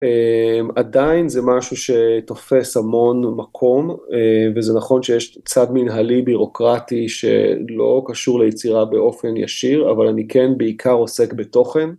עדיין זה משהו שתופס המון מקום וזה נכון שיש צד מנהלי בירוקרטי שלא קשור ליצירה באופן ישיר אבל אני כן בעיקר עוסק בתוכן.